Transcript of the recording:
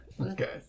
Okay